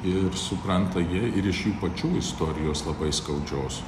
ir supranta jie ir iš jų pačių istorijos labai skaudžios